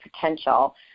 potential